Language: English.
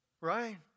Right